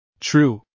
True